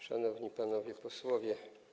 Szanowni Panowie Posłowie!